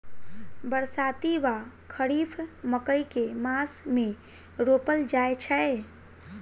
बरसाती वा खरीफ मकई केँ मास मे रोपल जाय छैय?